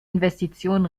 investition